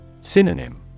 Synonym